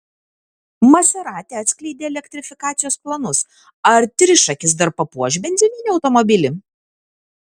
maserati atskleidė elektrifikacijos planus ar trišakis dar papuoš benzininį automobilį